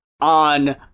on